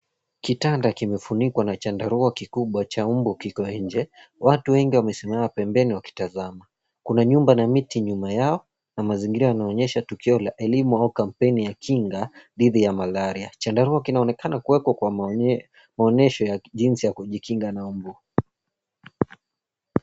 Kitanda kimefunikwa na chandarua kikubwa cha mbu kiko nje . Watu wengi wamesimama pembeni wakitazama. Kuna nyumba na miti nyuma yao na mazingira yanaonyesha tukio la elimu au kampeni ya kinga dhidi ya malaria. Chandarua kinaonekana kuwekwa kwa maonyesho ya jinsi ya kujikinga na mbu .